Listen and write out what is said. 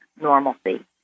normalcy